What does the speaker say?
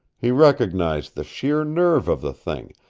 he recognized the sheer nerve of the thing,